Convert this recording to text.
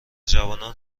جوانان